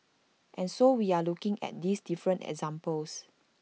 and so we are looking at these different examples